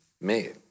made